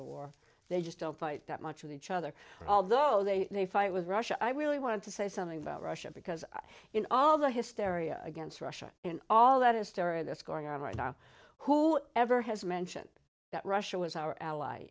to war they just don't fight that much of each other although they may fight was russia i really want to say something about russia because in all the hysteria against russia in all that history that's going on right now who ever has mentioned that russia was our ally